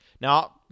Now